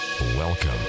Welcome